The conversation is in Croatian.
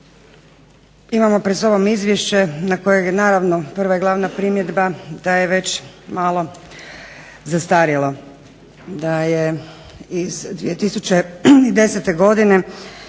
imamo pred sobom izvješće na kojeg je naravno prva i glavna primjedba da je već malo zastarjelo, da je iz 2010. godine